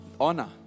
honor